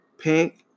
pink